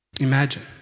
imagine